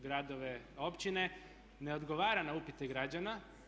gradove, općine ne odgovara na upite građana.